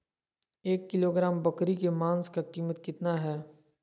एक किलोग्राम बकरी के मांस का कीमत कितना है?